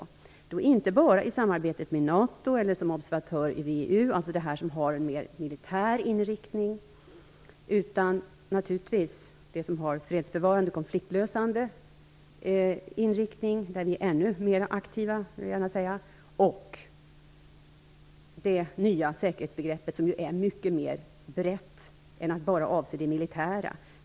Vi gör det inte bara genom samarbetet i NATO eller som observatör i WEU - det samarbete som har militär inriktning. Vi deltar också i samarbete med fredsbevarande, konfliktlösande inriktning. Där är vi ännu mer aktiva. Det gäller också det nya säkerhetsbegreppet, som är mycket brett och inte bara avser det militära.